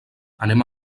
anem